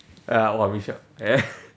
ya !wah! michelle ya